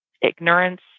ignorance